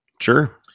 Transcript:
Sure